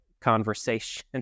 conversation